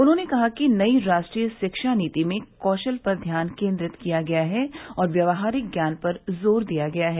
उन्होंने कहा कि नई राष्ट्रीय शिक्षा नीति में कौशल पर ध्यान केन्द्रित किया गया है और व्यावहारिक ज्ञान पर जोर दिया गया है